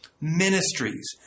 ministries